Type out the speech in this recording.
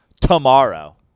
tomorrow